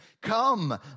Come